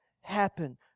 happen